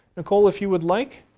nicole, if you would like,